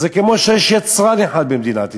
זה כמו שיש יצרן אחד במדינת ישראל.